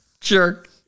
jerk